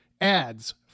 ads